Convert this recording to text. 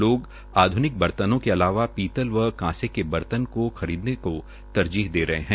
लोग आध्निक बर्तनों के अलावा पीतल व कांसे के बर्तन को खरीदने का तरजीह दे रहे है